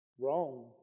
wrong